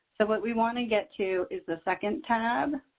so what we want to get to is the second tab